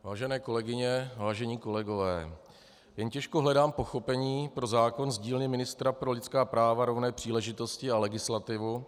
Vážené kolegyně, vážení kolegové, jen těžko hledám pochopení pro zákon z dílny ministra pro lidská práva, rovné příležitosti a legislativu.